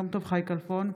יום טוב חי כלפון,